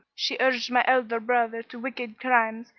she urged my elder brother to wicked crimes,